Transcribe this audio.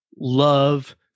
love